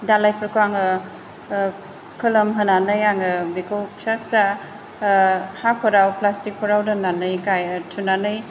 दालायफोरखौ आङो खोलोम होनानै आङो बेखौ फिसा फिसा हाफोराव प्लास्टिकफोराव दोन्नानै थुनानै